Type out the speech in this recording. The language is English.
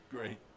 Great